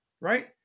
right